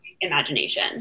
imagination